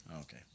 Okay